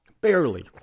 Barely